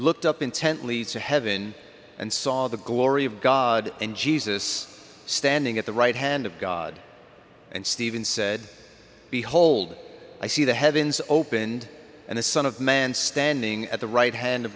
looked up intently to heaven and saw the glory of god and jesus standing at the right hand of god and stephen said behold i see the heavens opened and the son of man standing at the right hand